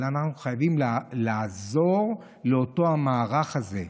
אבל אנחנו חייבים לעזור למערך הזה,